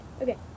Okay